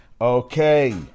okay